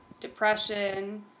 depression